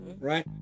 right